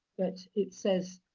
but it says,